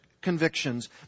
convictions